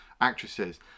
actresses